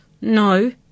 No